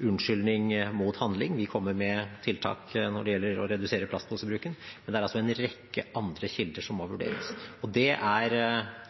unnskyldning for ikke å handle. Vi kommer med tiltak når det gjelder å redusere plastposebruken, men det er en rekke andre kilder som må vurderes, og det er